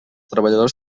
treballadors